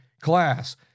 class